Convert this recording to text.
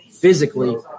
physically